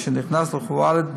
אשר נכנס לח'וואלד,